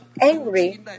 angry